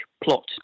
plot